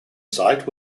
site